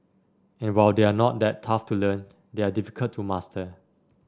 and while they are not that tough to learn they are difficult to master